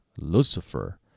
Lucifer